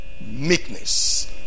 Meekness